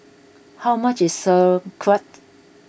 how much is Sauerkraut